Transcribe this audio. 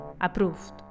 Approved